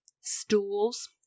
stools